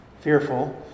fearful